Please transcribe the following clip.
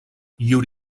llur